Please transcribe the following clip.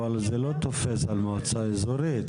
אבל זה לא תופס על מועצה אזורית,